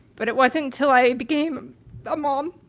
but it wasn't until i became a mom,